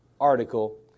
article